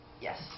Yes